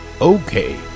Okay